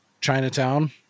Chinatown